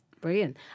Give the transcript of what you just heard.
Brilliant